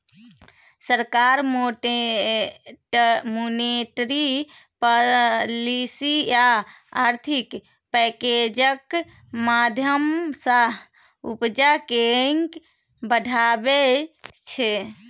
सरकार monetary policy आ आर्थिक पैकैजक माध्यमँ सँ उपजा केँ बढ़ाबै छै